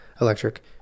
electric